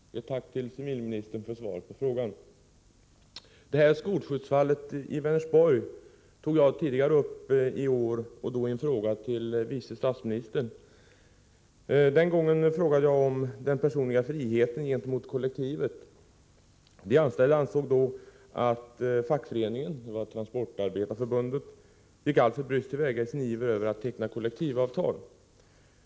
Herr talman! Ett tack till civilministern för svaret på frågan. Det här skolskjutsfallet i Vänersborg tog jag upp tidigare i vår i en fråga till vice statsministern. Den gången frågade jag om den personliga friheten gentemot kollektivet. De anställda ansåg då att fackföreningen, Transportarbetareförbundet, gick alltför bryskt till väga i sin iver att teckna kollektivavtal.